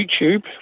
YouTube